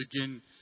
begin